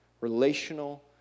relational